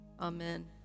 amen